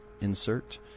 insert